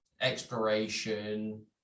exploration